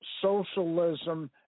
socialism